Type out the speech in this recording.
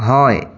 হয়